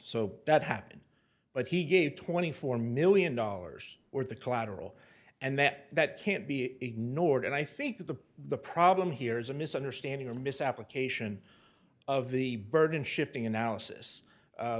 so that happen but he gave twenty four million dollars or the collateral and that that can't be ignored and i think the the problem here is a misunderstanding or misapplication of the burden shifting analysis